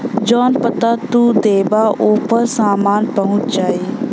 जौन पता तू देबा ओपर सामान पहुंच जाई